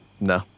No